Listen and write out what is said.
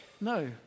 no